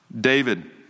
David